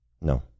No